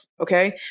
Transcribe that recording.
okay